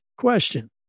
question